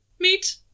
Meet